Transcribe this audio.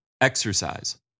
exercise